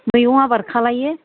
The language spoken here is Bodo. मैगं आबाद खालायो